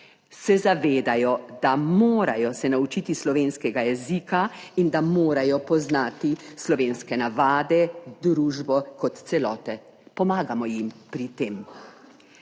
se zavedajo, da morajo se naučiti slovenskega jezika in da morajo poznati slovenske navade, družbo kot celote, pomagamo jim pri tem.